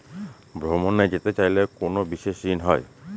ভ্রমণে যেতে চাইলে কোনো বিশেষ ঋণ হয়?